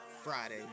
Friday